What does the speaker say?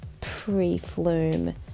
pre-flume